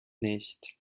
nicht